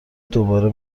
دوباره